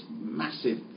massive